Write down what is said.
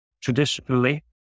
Traditionally